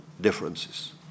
differences